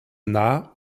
nah